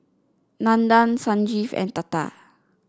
Nandan Sanjeev and Tata